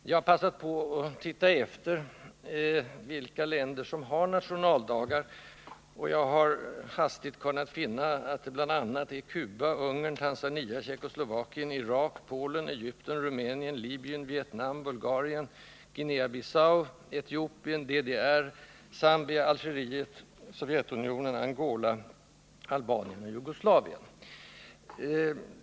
Jag har undersökt vilka länder som har nationaldagar, och jag har då kunnat finna att sådana firas i bl.a. Cuba, Ungern, Tanzania, Tjeckoslovakien, Irak, Polen, Egypten, Rumänien, Libyen, Vietnam, Bulgarien, Guinea Bissau, Etiopien, DDR, Zambia, Algeriet, Sovjetunionen, Angola, Albanien och Jugoslavien.